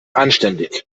anständig